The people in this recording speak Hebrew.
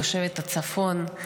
תושבת הצפון.